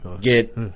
get